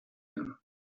them